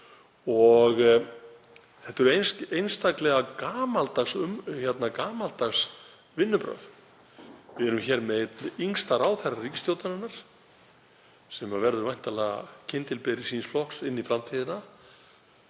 Þetta eru einstaklega gamaldags vinnubrögð. Við erum hér með yngsta ráðherra ríkisstjórnarinnar, sem verður væntanlega kyndilberi síns flokks inn í framtíðina,